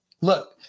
look